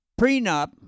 prenup